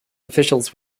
officials